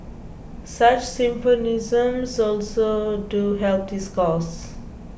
such symposiums also do help this cause